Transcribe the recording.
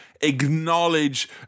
acknowledge